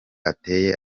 ateye